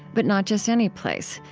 but not just any place,